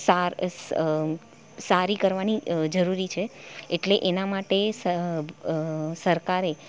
સાર સારી કરવાની જરૂરી છે એટલે એના માટે સરકારે